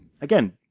Again